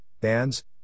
bands